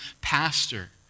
pastor